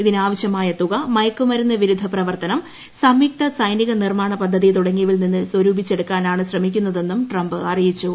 ഇതിനാവശ്യമായ തുക മയക്കുമരുന്ന് വിരുദ്ധ പ്രവർത്തനം ്സംയുക്ത സൈനിക നിർമാണ പദ്ധതി തുടങ്ങിയവയിൽ നിന്നും സ്വരൂപിച്ചെടുക്കാനാണ് ശ്രമിക്കുന്നതെന്നും ട്രംപ് അറിയിച്ചു